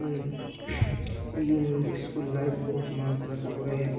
school life ବହୁତ ମଜା ଥିଲା ତା'ପରେ